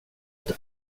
ett